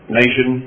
nation